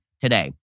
today